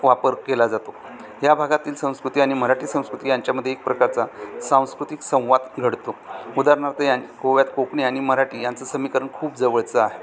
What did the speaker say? वापर केला जातो या भागातील संस्कृती आणि मराठी संस्कृती यांच्यामध्ये एक प्रकारचा सांस्कृतिक संवाद घडतो उदाहरणार्थ या गोव्यात कोकणी आणि मराठी यांचं समीकरण खूप जवळचं आहे